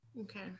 Okay